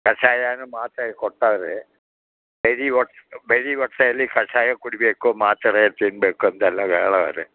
ಕಷಾಯನೂ ಮಾತ್ರೆ ಕೊಟ್ಟವ್ರೆ ಬರಿ ಹೊಟ್ಟೆ ಬರಿ ಹೊಟ್ಟೆಯಲ್ಲಿ ಕಷಾಯ ಕುಡಿಯಬೇಕು ಮಾತ್ರೆ ತಿನ್ನಬೇಕು ಎಂದೆಲ್ಲ ಹೇಳವ್ರೆ